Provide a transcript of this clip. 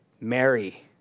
Mary